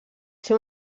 ser